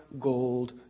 gold